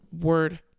word